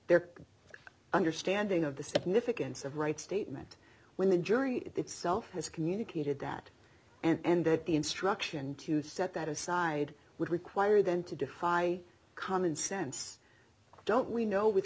their understanding of the significance of right statement when the jury itself has communicated that and that the instruction to set that aside would require them to defy common sense don't we know with